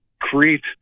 create